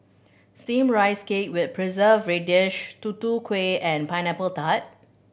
steam rice cake with preserve radish Tutu Kueh and Pineapple Tart